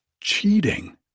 cheating